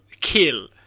Kill